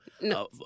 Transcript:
No